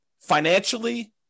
financially